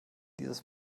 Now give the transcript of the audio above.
dieses